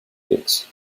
dix